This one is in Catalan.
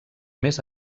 més